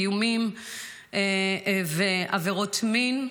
איומים ועבירות מין,